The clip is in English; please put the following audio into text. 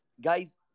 Guys